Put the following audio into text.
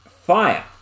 fire